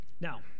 Now